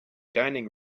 dining